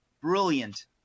brilliant